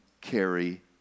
carry